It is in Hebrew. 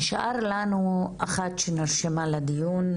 נשארה לנו אחת שנרשמה לדיון,